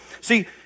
See